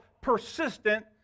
persistent